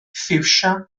ffiwsia